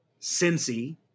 Cincy